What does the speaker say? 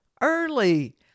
early